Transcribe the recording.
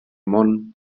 món